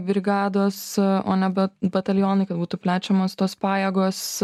brigados o nebe batalionai kad būtų plečiamos tos pajėgos